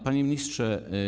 Panie Ministrze!